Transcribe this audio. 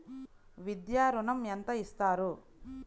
విద్యా ఋణం ఎంత ఇస్తారు?